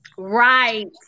Right